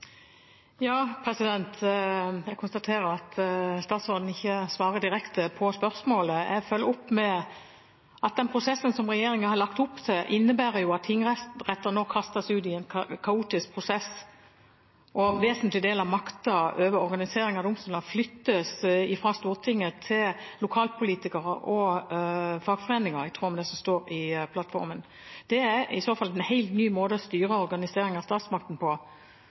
Jeg konstaterer at statsråden ikke svarer direkte på spørsmålet. Jeg vil følge opp med å si at den prosessen som regjeringen har lagt opp til, innebærer at tingretter nå kastes ut i en kaotisk prosess, og at en vesentlig del av makten over organiseringen av domstolene flyttes fra Stortinget til lokalpolitikere og fagforeninger, i tråd med det som står i plattformen. Det er i så fall en helt ny måte å styre organiseringen av statsmakten på.